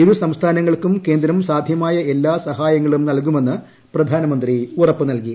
ഇരു സംസ്ഥാനങ്ങൾക്കും കേന്ദ്രം സാധ്യമായ എല്ലാ സഹായങ്ങളും നല്കുമെന്ന് പ്രധാനമന്ത്രി ഉറപ്പു നല്കി